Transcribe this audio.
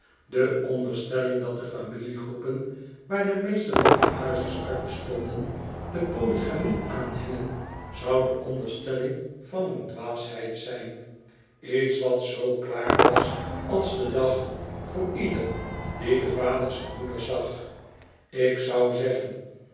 de onderstelling dat de familiegroepen waar de meeste landverhuizers uit bestonden de polygamie aanhingen zou de onderstelling van een dwaasheid zijn iets wat zoo klaar was als de dag voor ieder die de vaders en moeders zag ik zou zeggen